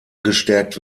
gestärkt